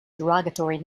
derogatory